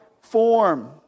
form